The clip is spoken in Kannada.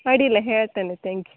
ಅಡ್ಡಿಲ್ಲ ಹೇಳ್ತೇನೆ ತ್ಯಾಂಕ್